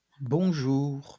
Bonjour